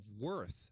worth